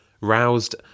Roused